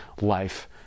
life